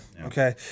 Okay